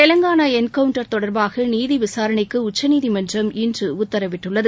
Telangana encounter தொடர்பாக நீதி விசாரணைக்கு உச்சநீதிமன்றம் இன்று உத்தரவிட்டுள்ளது